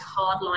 hardline